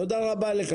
תודה אבה לך.